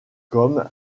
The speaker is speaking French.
comme